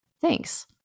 Thanks